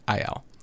IL